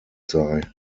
sei